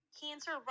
Cancer